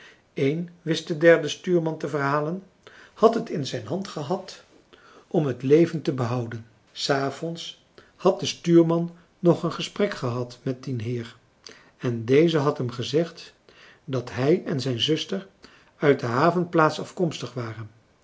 de derde stuurman te verhalen had het in zijn hand gehad om het leven te behouden s avonds had de stuurman nog een gesprek gehad met dien heer en deze had hem gezegd dat hij en zijn zuster uit de havenplaats afkomstig waren